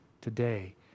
today